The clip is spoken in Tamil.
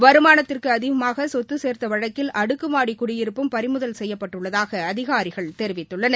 வருமானத்துக்கு அதிகமாக சொத்து சேர்த்த வழக்கில் அடுக்குமாடி குடியிருப்பும் பறிமுதல் செய்யப்பட்டுள்ளதாக அதிகாரிகள் தெரிவித்துள்ளனர்